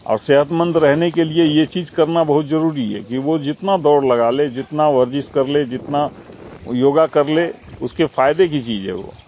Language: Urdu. اور صحت مند رہنے کے لیے یہ چیز کرنا بہت ضروری ہے کہ وہ جتنا دوڑ لگا لے جتنا ورزش کر لے جتنا یوگا کر لے اس کے فائدے کی چیز ہے وہ